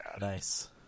nice